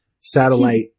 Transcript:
satellite